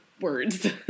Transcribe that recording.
words